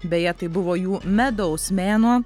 beje tai buvo jų medaus mėnuo